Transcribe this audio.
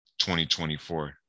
2024